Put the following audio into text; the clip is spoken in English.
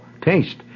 Taste